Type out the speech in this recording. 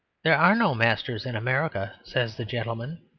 there are no masters in america, says the gentleman.